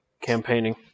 campaigning